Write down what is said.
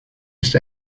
ist